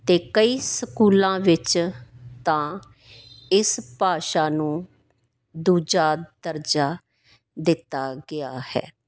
ਅਤੇ ਕਈ ਸਕੂਲਾਂ ਵਿੱਚ ਤਾਂ ਇਸ ਭਾਸ਼ਾ ਨੂੰ ਦੂਜਾ ਦਰਜਾ ਦਿੱਤਾ ਗਿਆ ਹੈ